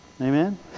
Amen